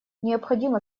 необходимо